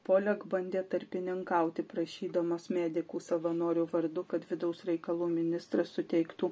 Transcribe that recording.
polek bandė tarpininkauti prašydamos medikų savanorių vardu kad vidaus reikalų ministras suteiktų